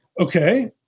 Okay